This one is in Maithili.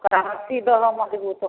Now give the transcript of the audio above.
ओकरा रस्सी दहऽ मजगूत